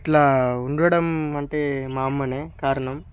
ఇట్లా ఉండడం అంటే మా అమ్మనే కారణం